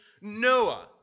Noah